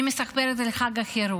אני מספרת על חג החירות.